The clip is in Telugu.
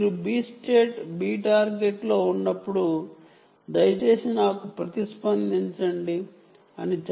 మీరు B స్టేట్ B టార్గెట్లో ఉన్నప్పుడు దయచేసి నాకు ప్రతిస్పందించండి అని రీడర్ B చెప్పవచ్చుమరియు అది ఒక విషయం